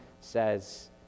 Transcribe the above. says